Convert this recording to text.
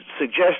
suggest